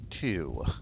two